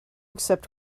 accept